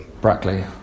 Brackley